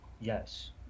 Yes